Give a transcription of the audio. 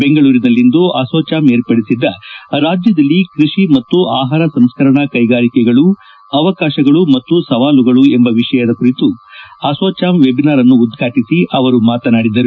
ಬೆಂಗಳೂರಿನಲ್ಲಿಂದು ಅಸೋಚಾಮ್ ಏರ್ಪಡಿಸಿದ್ದ ರಾಜ್ಯದಲ್ಲಿ ಕೃಷಿ ಮತ್ತು ಆಹಾರ ಸಂಸ್ಕರಣ ಕೈಗಾರಿಕೆಗಳು ಅವಕಾಶಗಳು ಮತ್ತು ಸವಾಲುಗಳು ಎಂಬ ವಿಷಯ ಕುರಿತ ಅಸೋಚಾಮ್ ವೆಬಿನಾರ್ ಅನ್ನು ಉದ್ವಾಟಿಸಿ ಅವರು ಮಾತನಾಡಿದರು